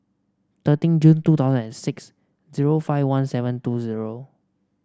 thirteen June two thousand and six zero five one seven two zero